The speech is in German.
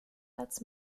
als